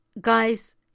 Guys